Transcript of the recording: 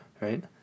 Right